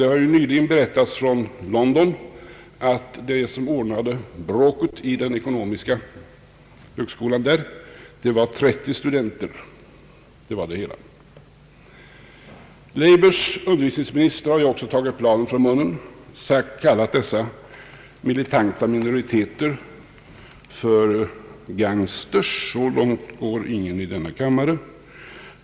Det har nyligen berättats från London att de som ordnade bråket vid den ekonomiska högskolan där var 30 studenter — det var det hela. Labour's undervisningsminister har också tagit bladet från munnen och kallat dessa militanta minoriteter för gangsters. Så långt går ingen i denna kammare.